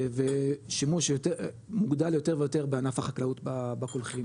ושימוש יותר מוגדל יותר ויותר בענף החקלאות בקולחים